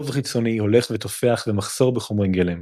חוב חיצוני הולך ותופח ומחסור בחומרי גלם.